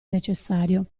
necessario